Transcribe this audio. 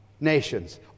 nations